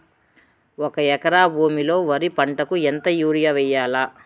ఒక ఎకరా భూమిలో వరి పంటకు ఎంత యూరియ వేయల్లా?